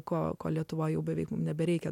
ko lietuva jau beveik nebereikia